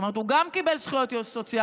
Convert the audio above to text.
זאת אומרת, הוא גם קיבל זכויות סוציאליות.